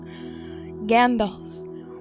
Gandalf